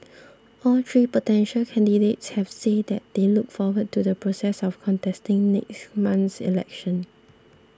all three potential candidates have said they look forward to the process of contesting next month's election